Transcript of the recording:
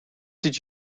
did